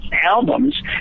albums